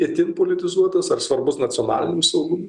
itin politizuotas ar svarbus nacionaliniam saugumui